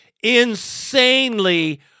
insanely